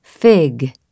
Fig